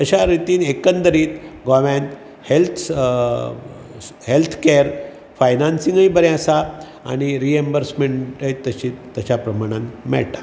अश्या रितीन एकंदरीत गोव्यान हेल्थस हेल्थ केअर फाइनायनसिस बरें आसा आनी रिएंबर्समेंट तशीत त्या प्रमाणें मेळटा